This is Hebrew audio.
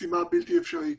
משימה בלתי אפשרית.